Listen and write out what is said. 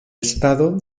estado